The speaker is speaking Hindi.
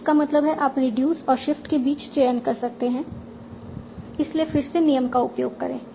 तो इसका मतलब है आप रिड्यूस और शिफ्ट के बीच चयन कर सकते हैं इसलिए फिर से नियम का उपयोग करें